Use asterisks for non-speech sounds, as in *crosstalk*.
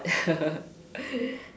*laughs*